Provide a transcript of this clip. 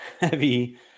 heavy